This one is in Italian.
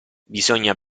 bisogna